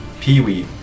Pee-wee